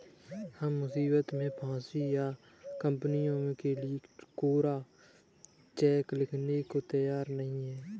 हम मुसीबत में फंसी कंपनियों के लिए कोरा चेक लिखने को तैयार नहीं हैं